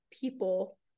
people